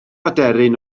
aderyn